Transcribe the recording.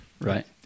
Right